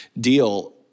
deal